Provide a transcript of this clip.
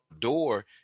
door